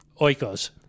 Oikos